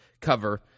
cover